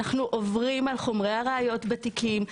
אנחנו עוברים על חומרי הראיות בתיקים,